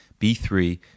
B3